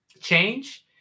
change